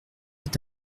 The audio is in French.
est